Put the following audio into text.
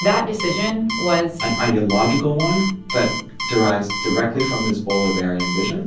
that decision was. an ideological one that derives directly from this bolivarian vision